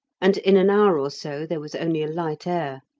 and in an hour or so there was only a light air.